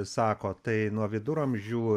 sako tai nuo viduramžių